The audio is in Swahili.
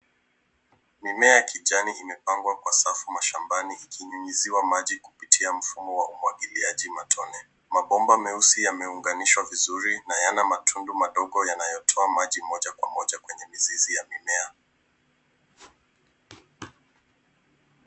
Mimea ya kijani imepangwa kwa safu mashambani ikinyunyuziwa maji kupitia mfumo wa umwagiliaji matone. Mabomba meusi yameunganishwa vizuri na yana matundu madogo yanayotoa maji moja kwa moja kwenye mizizi ya mimea.